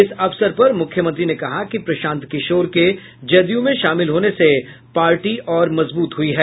इस अवसर पर मुख्यमंत्री ने कहा कि प्रशांत किशोर के जदयू में शामिल होने से पार्टी और मजबूत हुई है